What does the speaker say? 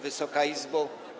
Wysoka Izbo!